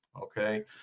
okay